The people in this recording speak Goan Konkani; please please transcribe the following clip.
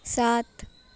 सात